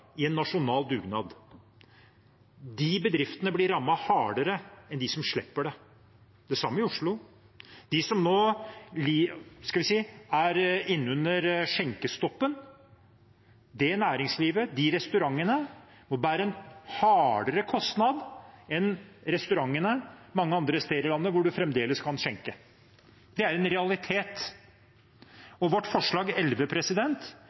i en nasjonal dugnad. De bedriftene blir rammet hardere enn de som slipper det. Det er det samme i Oslo. De som nå kommer inn under skjenkestoppen, det næringslivet, de restaurantene, må bære en større kostnad enn restaurantene mange andre steder i landet hvor en fremdeles kan skjenke. Det er en